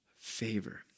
favor